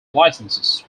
licenses